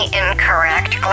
incorrect